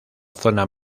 zona